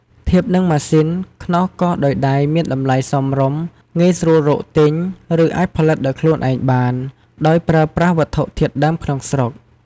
ធៀបនឹងម៉ាស៊ីន ខ្នោសកោសដោយដៃមានតម្លៃសមរម្យ ងាយស្រួលរកទិញ ឬអាចផលិតដោយខ្លួនឯងបាន ដោយប្រើប្រាស់វត្ថុធាតុដើមក្នុងស្រុក។